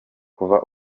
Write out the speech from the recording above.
kuva